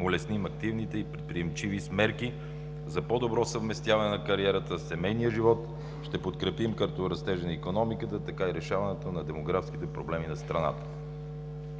улесним активните и предприемчиви с мерки за по-добро съвместяване на кариерата със семейния живот. Ще подкрепим както растежа на икономиката, така и решаването на демографските проблеми на страната.